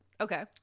Okay